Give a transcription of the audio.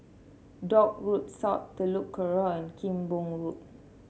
Dock Road South Telok Kurau and Kim Pong Road